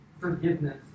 forgiveness